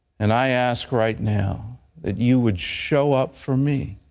and i ask right now that you would show up for me.